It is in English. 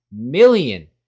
million